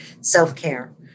self-care